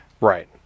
right